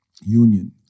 Union